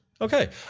Okay